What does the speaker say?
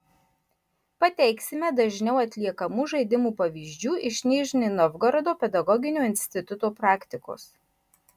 pateiksime dažniau atliekamų žaidimų pavyzdžių iš nižnij novgorodo pedagoginio instituto praktikos